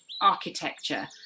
architecture